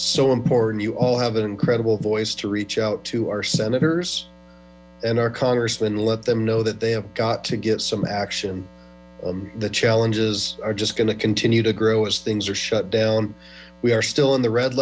so important you al have an incredible voice to reach out to our senators and our congressmen let them know that they have got to get some action the challenges are just going to continue to grow as things are shut down we are still in the red